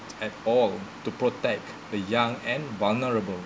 at all to protect the young and vulnerable